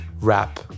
rap